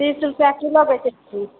तीस रुपआ किलो बेचए छी